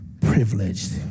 privileged